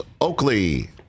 Oakley